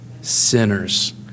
Sinners